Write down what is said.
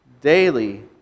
daily